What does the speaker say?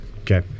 okay